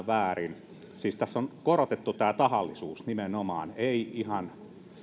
väärin siis tässä tämä tahallisuus on nimenomaan korotettu ei ihan